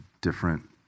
different